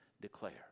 declare